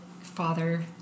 father